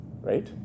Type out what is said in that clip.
right